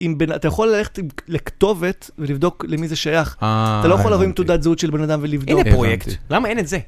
אתה יכול ללכת לכתובת ולבדוק למי זה שייך. -אה, הבנתי. -אתה לא יכול לבוא עם תעודת זהות של בן אדם ולבדוק. -הנה פרויקט. למה אין את זה?